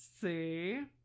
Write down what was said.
see